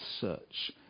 search